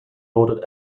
lauded